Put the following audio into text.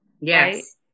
Yes